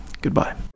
goodbye